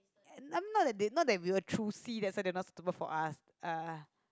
and not that not that we were choosy that's why they were not suitable for us uh